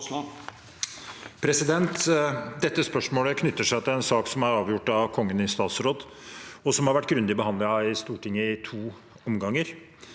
Dette spørsmål- et knytter seg til en sak som er avgjort av Kongen i statsråd, og som har vært grundig behandlet i Stortinget i to omganger.